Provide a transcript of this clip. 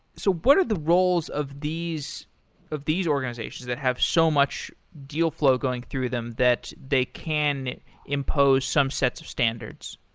so what are the roles of these of these organizations that have so much deal flow going through them that they can impose some sets of standards?